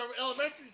elementary